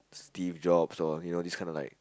Steve-Jobs or you know these kind of like